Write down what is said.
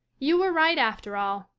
you were right, after all.